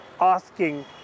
asking